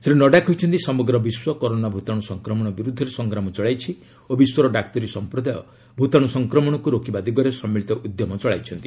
ଶ୍ରୀ ନଡ଼ୁ କହିଛନ୍ତି ସମଗ୍ର ବିଶ୍ୱ କରୋନା ଭୂତାଣୁ ସଂକ୍ରମଣ ବିରୁଦ୍ଧରେ ସଂଗ୍ରାମ ଚଳାଇଛି ଓ ବିଶ୍ୱର ଡାକ୍ତରୀ ସମ୍ପ୍ରଦାୟ ଭୂତାଣୁ ସଂକ୍ରମଣକୁ ରୋକିବା ଦିଗରେ ସମ୍ମିଳୀତ ଉଦ୍ୟମ ଚଳାଇଛନ୍ତି